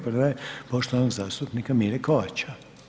Prva je poštovanog zastupnika Mire Kovača.